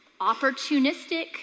opportunistic